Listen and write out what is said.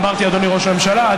אמרתי אדוני ראש הממשלה?